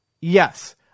Yes